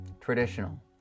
traditional